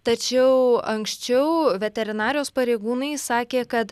tačiau anksčiau veterinarijos pareigūnai sakė kad